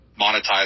monetize